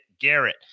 Garrett